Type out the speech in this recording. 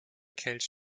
kelch